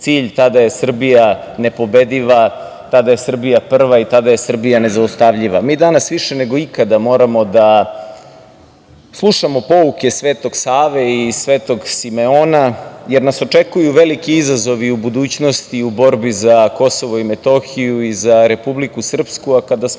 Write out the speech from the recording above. cilj, tada je Srbija nepobediva, tada je Srbija prva i tada je Srbija nezaustavljiva. Mi danas više nego ikada moramo da slušamo pouke Sv. Save i Sv. Simeona, jer nas očukuju viliki izazovi u budućnosti, u borbi za KiM i za Republiku Srpsku, a kada smo